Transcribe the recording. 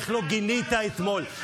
איך לא גינית אתמול?